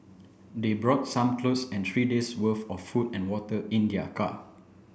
they brought some clothes and three days worth of food and water in their car